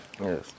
Yes